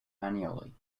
annually